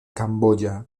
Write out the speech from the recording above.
camboya